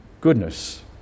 goodness